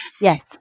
Yes